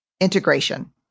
Integration